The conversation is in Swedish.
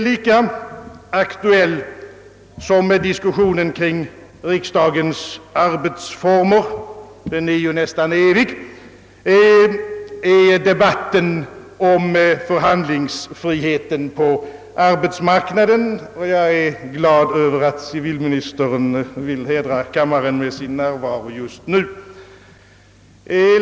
Lika aktuell som diskussionen kring riksdagens arbetsformer är debatten om förhandlingsfriheten på arbetsmarknaden — jag är glad över att civilministern vill hedra kammaren med sin närvaro just nu.